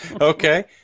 Okay